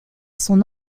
son